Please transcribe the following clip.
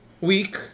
Week